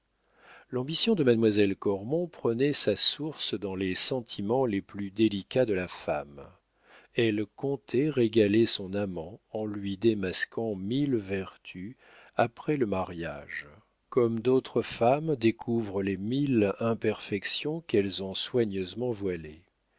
l'ambition de mademoiselle cormon prenait sa source dans les sentiments les plus délicats de la femme elle comptait régaler son amant en lui démasquant mille vertus après le mariage comme d'autres femmes découvrent les mille imperfections qu'elles ont soigneusement voilées